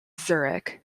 zurich